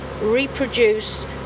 reproduce